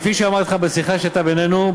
כפי שאמרתי לך בשיחה שהייתה בינינו,